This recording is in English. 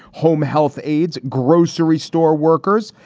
home health aides, grocery store workers.